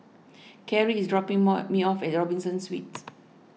Kerrie is dropping more me off at Robinson Suites